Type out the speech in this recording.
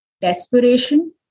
desperation